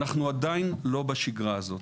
אנחנו עדיין לא בשגרה הזאת,